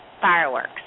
fireworks